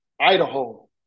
idaho